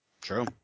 True